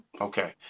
Okay